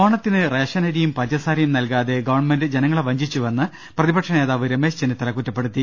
ഓണത്തിന് റേഷനരിയും പഞ്ചസാരയും നൽകാതെ ഗവൺമെന്റ് ജനങ്ങളെ വഞ്ചിച്ചുവെന്ന് പ്രതിപക്ഷനേതാവ് രമേശ് ചെന്നിത്തല കുറ്റ പ്പെടുത്തി